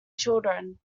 children